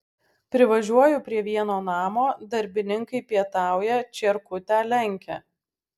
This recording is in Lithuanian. privažiuoju prie vieno namo darbininkai pietauja čierkutę lenkia